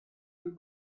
you